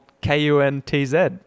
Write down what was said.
K-U-N-T-Z